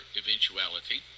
eventuality